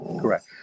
correct